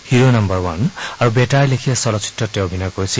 hero number one আৰু better লেখিয়া চলচ্চিত্ৰত তেওঁ অভিনয় কৰিছিল